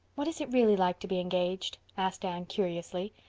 what is it really like to be engaged? asked anne curiously.